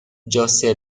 josef